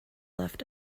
left